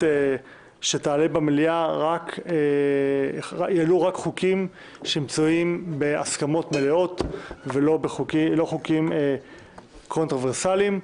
שיעלו במליאה רק חוקים שנמצאים בהסכמות מלאות ולא חוקים קונטרבסליים.